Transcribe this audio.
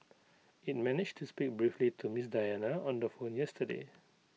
IT managed to speak briefly to Ms Diana on the phone yesterday